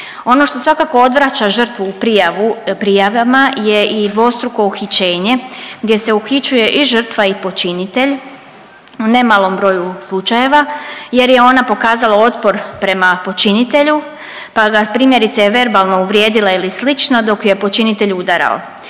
Ono što svakako odvraća žrtvu u prijavama je i dvostruko uhićenje gdje se uhićuje i žrtva i počinitelj u nemalom broju slučajeva jer je ona pokazala otpor prema počinitelju pa ga je primjerice verbalno uvrijedila ili slično dok ju je počinitelj udarao.